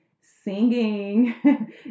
singing